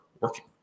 working